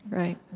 right?